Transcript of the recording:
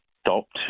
stopped